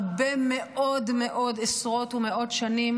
הרבה מאוד מאוד עשרות ומאות שנים,